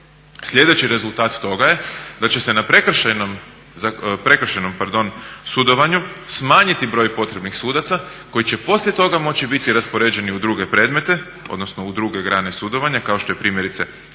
Sljedeći rezultat toga je da će se na prekršajnom sudovanju smanjiti potreban broj sudaca koji će poslije toga moći biti raspoređeni u druge predmete odnosno u druge grane sudovanja kao što je primjerice kazneno